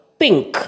pink